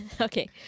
Okay